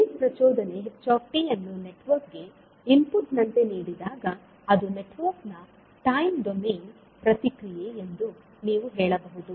unit ಪ್ರಚೋದನೆ ht ಯನ್ನು network ಗೆ ಇನ್ಪುಟ್ ನಂತೆ ನೀಡಿದಾಗ ಅದು ನೆಟ್ವರ್ಕ್ ನ ಟೈಮ್ ಡೊಮೇನ್ ಪ್ರತಿಕ್ರಿಯೆ ಎಂದು ನಾವು ಹೇಳಬಹುದು